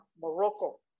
Morocco